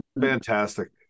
fantastic